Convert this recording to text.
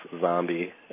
zombie